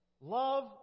love